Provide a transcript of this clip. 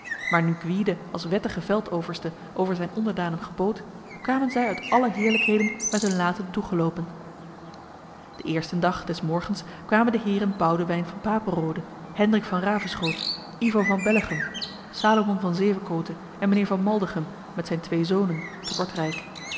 maar nu gwyde als wettige veldoverste over zijn onderdanen gebood kwamen zij uit alle heerlijkheden met hun laten toegelopen de eersten dag des morgens kwamen de heren boudewyn van papenrode hendrik van raveschoot ivo van bellegem salomon van zevekote en mijnheer van maldegem met zijn twee zonen te kortrijk